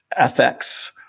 FX